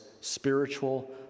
spiritual